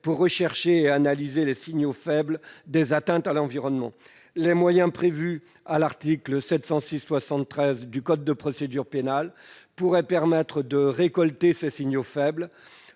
pour rechercher et analyser les signaux faibles des atteintes à l'environnement. » Les moyens prévus à l'article 706-73 du code de procédure pénale pourraient permettre de repérer ces signaux faibles.